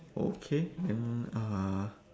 okay then uh